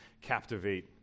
captivate